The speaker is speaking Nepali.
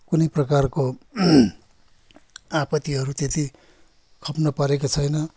कुनै प्रकारको आपत्तिहरू त्यति खप्न परेको छैन